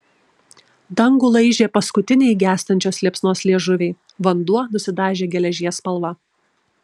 dangų laižė paskutiniai gęstančios liepsnos liežuviai vanduo nusidažė geležies spalva